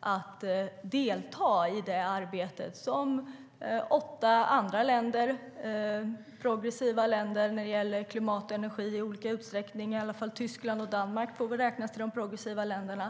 om att delta i det arbete som åtta andra länder drivit. Det handlar om länder som är progressiva i olika utsträckning när det gäller klimat och energi. Tyskland och Danmark får väl i alla fall räknas till de progressiva länderna.